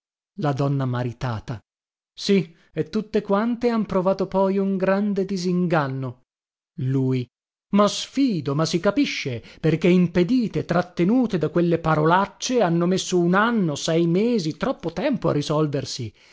donna maritata sì e tutte quante han provato poi un grande disinganno lui ma sfido ma si capisce perché impedite trattenute da quelle parolacce hanno messo un anno sei mesi troppo tempo a risolversi